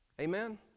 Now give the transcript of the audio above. Amen